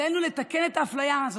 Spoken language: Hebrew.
עלינו לתקן את האפליה הזאת,